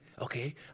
Okay